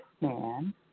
man